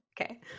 Okay